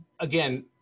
again